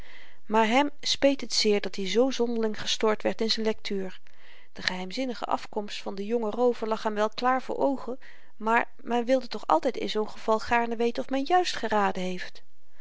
maar hèm speet het zeer dat-i zoo zonderling gestoord werd in z'n lektuur de geheimzinnige afkomst van den jongen roover lag hem wel klaar voor oogen maar men wil toch altyd in zoo'n geval gaarne weten of men juist geraden heeft